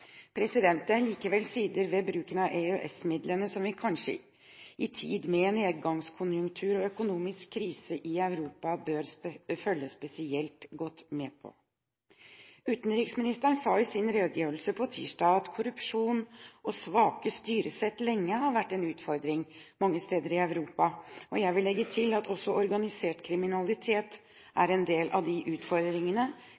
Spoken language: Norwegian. Det er likevel sider ved bruken av EØS-midlene som vi kanskje i en tid med nedgangskonjunktur og økonomisk krise i Europa bør følge spesielt godt med på. Utenriksministeren sa i sin redegjørelse på tirsdag at korrupsjon og svake styresett lenge har vært en utfordring mange steder i Europa. Jeg vil legge til at også organisert kriminalitet